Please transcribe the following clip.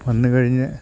വന്ന് കഴിഞ്ഞ്